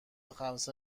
خمسه